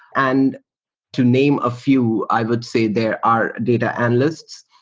and to name a few, i would say there are data analysts.